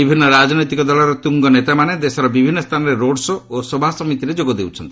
ବିଭିନ୍ନ ରାଜନୈତିକ ଦଳର ତ୍ରଙ୍ଗ ନେତାମାନେ ଦେଶର ବିଭିନ୍ନ ସ୍ଥାନରେ ରୋଡ୍ ଶୋ' ଓ ସଭାସମିତିରେ ଯୋଗ ଦେଉଛନ୍ତି